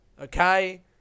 Okay